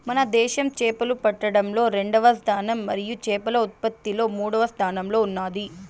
మన దేశం చేపలు పట్టడంలో రెండవ స్థానం మరియు చేపల ఉత్పత్తిలో మూడవ స్థానంలో ఉన్నాది